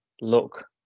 look